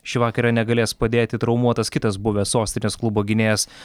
šį vakarą negalės padėti traumuotas kitas buvęs sostinės klubo gynėjas